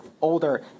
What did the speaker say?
older